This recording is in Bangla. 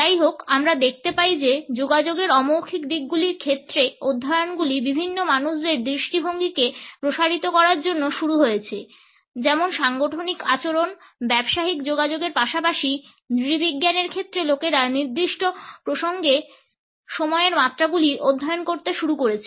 যাইহোক আমরা দেখতে পাই যে যোগাযোগের অমৌখিক দিকগুলির ক্ষেত্রে অধ্যয়নগুলি বিভিন্ন মানুষদের দৃষ্টিভঙ্গিকে প্রসারিত করার জন্য শুরু হয়েছে যেমন সাংগঠনিক আচরণ ব্যবসায়িক যোগাযোগের পাশাপাশি নৃবিজ্ঞানের ক্ষেত্রে লোকেরা নির্দিষ্ট প্রসঙ্গে সময়ের মাত্রাগুলি অধ্যয়ন করতে শুরু করেছে